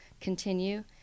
continue